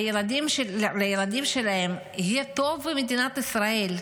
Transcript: שלילדים שלהם יהיה טוב במדינת ישראל,